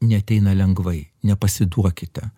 neateina lengvai nepasiduokite